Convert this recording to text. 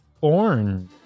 orange